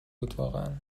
بودواقعا